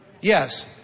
yes